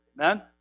Amen